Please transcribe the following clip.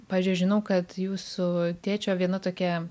pavyzdžiui aš žinau kad jūsų tėčio viena tokia